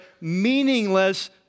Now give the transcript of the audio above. meaningless